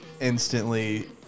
instantly